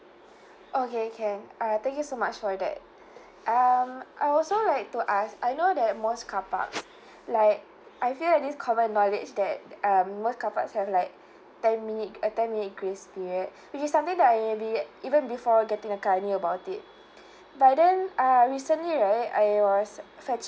okay can uh thank you so much for that um I also like to ask I know that most car parks like I feel like this common knowledge that um most car parks have like ten minute uh ten minute grace period which is something that I re~ even before getting a car I knew about it but then uh recently right I was fetching